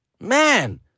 Man